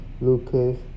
Lucas